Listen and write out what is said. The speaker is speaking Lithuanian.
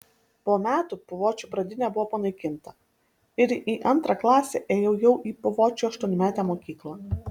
po metų puvočių pradinė buvo panaikinta ir į antrą klasę ėjau jau į puvočių aštuonmetę mokyklą